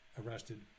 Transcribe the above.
arrested